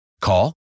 Call